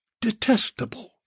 detestable